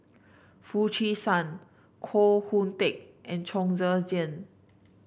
Foo Chee San Koh Hoon Teck and Chong Tze Chien